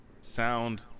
sound